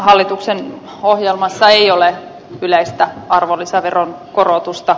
hallituksen ohjelmassa ei ole yleistä arvonlisäveron korotusta